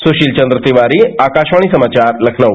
सुशील चन्द्र तिवारी आकाशवाणी समाचार लखनऊ